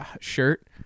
shirt